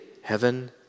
heaven